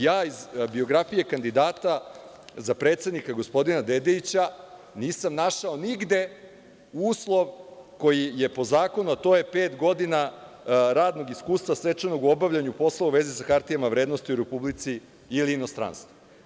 Ja iz biografija kandidata za predsednika, gospodina Dedeića, nisam našao nigde uslov koji je po zakonu, a to je pet godina radnog iskustva stečenog u obavljanju poslova u vezi sa hartijama od vrednosti u Republici ili inostranstvu.